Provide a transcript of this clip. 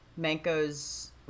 Manko's